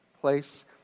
place